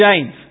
James